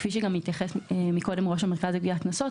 כפי שהתייחס ראש המרכז לגביית קנסות,